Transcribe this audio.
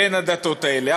בין הדתות האלה.